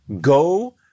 go